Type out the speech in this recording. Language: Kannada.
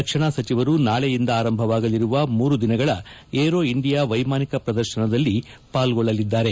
ರಕ್ಷಣಾ ಸಚಿವರು ನಾಳೆಯಿಂದ ಆರಂಭವಾಗಲಿರುವ ಮೂರು ದಿನಗಳ ಏರೋ ಇಂಡಿಯಾ ವೈಮಾನಿಕ ಪ್ರದರ್ಶನದಲ್ಲಿ ಪಾರ್ಗೊಳ್ಟಲಿದ್ದಾರೆ